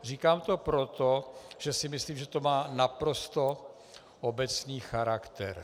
Říkám to proto, že si myslím, že to má naprosto obecný charakter.